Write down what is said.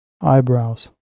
eyebrows